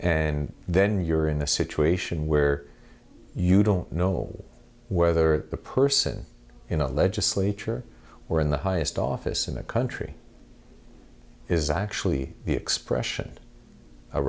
and then you're in a situation where you don't know whether the person you know legislature or in the highest office in that country is actually the expression a